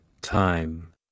time